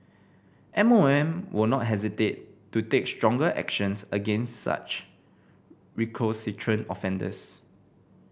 M O M will not hesitate to take stronger actions against such recalcitrant offenders